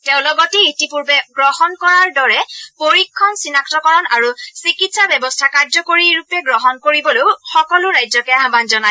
তেওঁ লগতে ইতিপূৰ্বে গ্ৰহণ কৰাৰ দৰে পৰীক্ষণ চিনাক্তকৰণ আৰু চিকিৎসা ব্যৱস্থা কাৰ্যকৰীৰূপে গ্ৰহণ কৰিবলৈও সকলো ৰাজ্যকে আহান জনায়